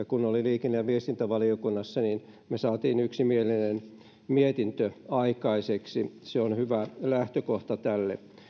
kun olin liikenne ja viestintävaliokunnassa me saimme yksimielisen mietinnön aikaiseksi se on hyvä lähtökohta tälle varmaankin